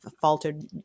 faltered